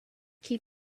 keep